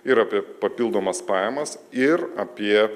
ir apie papildomas pajamas ir apie